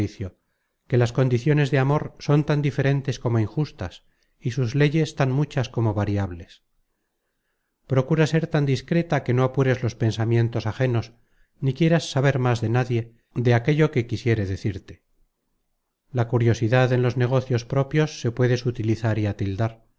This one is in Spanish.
que las condiciones de amor son tan diferentes como injustas y sus leyes tan muchas como variables procura ser tan discreta que no apures los pensamientos ajenos ni quieras saber más de nadie de aquello que quisiere decirte la curiosidad en los negocios propios se puede sutilizar y atildar